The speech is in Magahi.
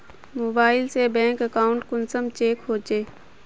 मोबाईल से बैंक अकाउंट कुंसम चेक होचे?